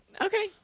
Okay